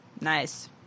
Nice